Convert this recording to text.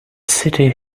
city